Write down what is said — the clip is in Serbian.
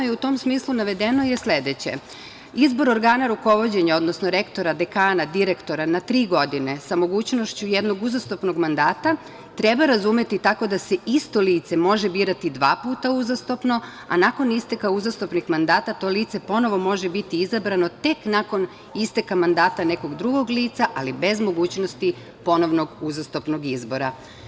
U tom smislu, navedeno je sledeće: „Izbor organa rukovođenja, odnosno rektora, dekana, direktora na tri godine, sa mogućnošću jednog uzastopnog mandata, treba razumeti tako da se isto lice može birati dva puta uzastopno, a nakon isteka uzastopnih mandata to lice ponovo može biti izabrano tek nakon isteka mandata nekog drugo lica, ali bez mogućnosti ponovnog uzastopnog izbora“